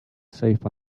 safe